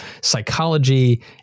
psychology